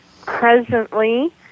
presently